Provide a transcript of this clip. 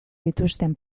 dituzten